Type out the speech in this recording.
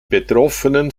betroffenen